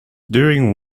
during